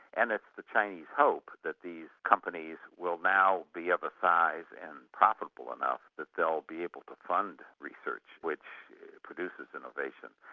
and it's the chinese hope that these companies will now be of a size and profitable enough that they'll be able to fund research which produces innovation.